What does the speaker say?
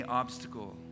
obstacle